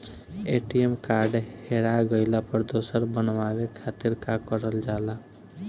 ATM card हेरा गइल पर दोसर बनवावे खातिर का करल जाला?